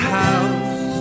house